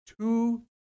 two